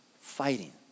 fighting